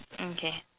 okay